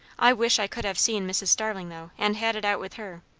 i wish i could have seen mrs. starling, though, and had it out with her.